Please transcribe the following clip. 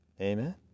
Amen